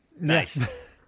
Nice